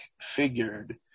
figured